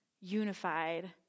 unified